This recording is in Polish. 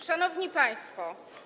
Szanowni Państwo!